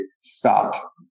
stop